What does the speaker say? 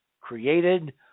created